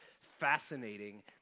fascinating